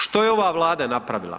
Što je ova Vlada napravila?